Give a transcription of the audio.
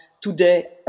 today